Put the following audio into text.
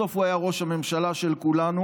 בסוף הוא היה ראש הממשלה של כולנו,